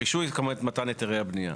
זאת אומרת מתן היתרי הבנייה.